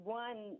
one